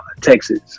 Texas